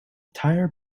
tired